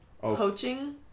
poaching